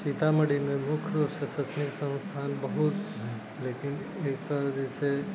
सीतामढ़ीमे मुख्य रुपसँ शैक्षणिक संस्थान बहुत है लेकिन एतऽ जे छै